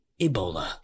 Ebola